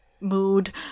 mood